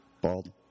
bald